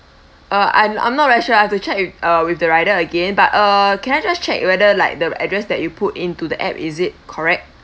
uh I'm I'm not very sure I have to check with uh with the rider again but uh can I just check whether like the address that you put into the app is it correct